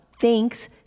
Thanks